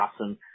awesome